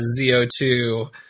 ZO2